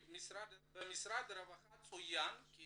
במשרד הרווחה צוין כי